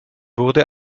wurde